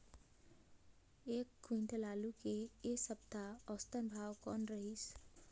एक क्विंटल आलू के ऐ सप्ता औसतन भाव कौन रहिस?